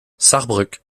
sarrebruck